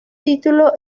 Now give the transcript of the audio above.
título